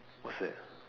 what's that